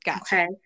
Okay